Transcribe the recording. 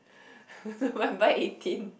November eighteen